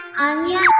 Anya